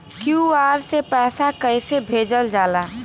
QR से पैसा कैसे भेजल जाला?